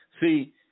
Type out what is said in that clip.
See